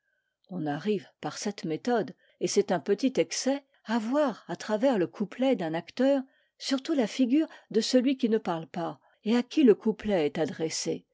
on arrive par cette méthode et c'est un petit excès à voir à travers le couplet d'un acteur surtout la figure de celui qui ne parle pas et à qui le couplet est